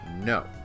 No